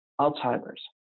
Alzheimer's